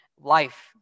life